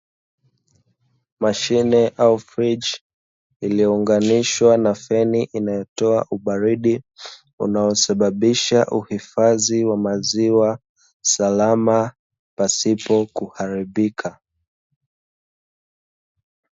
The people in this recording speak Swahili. Mashine au friji lililounganishwa na feni inayotoa ubaridi, unaosababisha uhifadhi wa maziwa salama pasipo kuharibika.